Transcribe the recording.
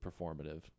performative